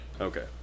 okay